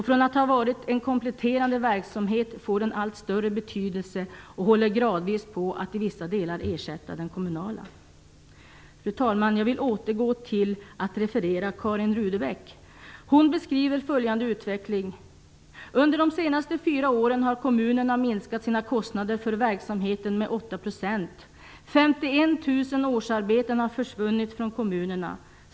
Från att ha varit en kompletterande verksamhet får den allt större betydelse och håller gradvis på att i vissa delar ersätta den kommunala. Fru talman! Jag vill återgå till att referera Karin Rudebeck. Hon beskriver följande utveckling. Under de senaste fyra åren har kommunerna minskat sina kostnader för verksamheten med 8 %. 51 000 årsarbeten har försvunnit från kommunerna.